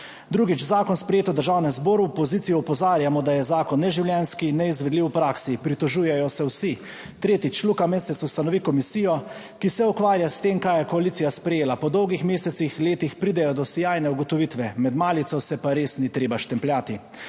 Drugič, zakon, sprejet v Državnem zboru. V opoziciji opozarjamo, da je zakon neživljenjski in neizvedljiv v praksi. Pritožujejo se vsi. Tretjič, Luka Mesec ustanovi komisijo, ki se ukvarja s tem, kaj je koalicija sprejela. Po dolgih mesecih, letih pridejo do sijajne ugotovitve. Med malico se pa res ni treba štempljati.